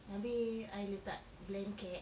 habis I letak blanket